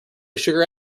sugar